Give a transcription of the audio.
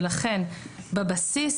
לכן בבסיס